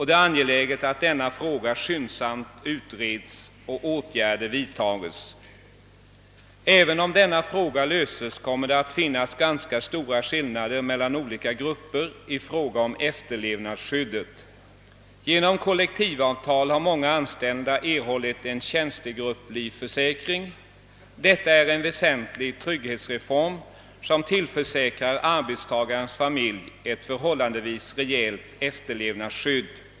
Det är angeläget att denna fråga skyndsamt utreds och att åtgärder vidtas. även om denna fråga löses, kommer det att finnas ganska stora skillnader mellan olika grupper i fråga om efterlevandeskyddet. Genom kollektivavtal har många anställda erhållit en tjänstegrupplivförsäkring. Detta är en väsentlig trygghetsreform, som tillförsäkrar arbetstagarens familj ett förhållandevis rejält efterlevandeskydd.